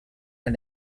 and